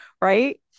right